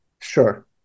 Sure